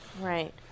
Right